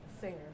singer